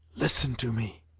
listen to me,